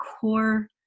core